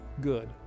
good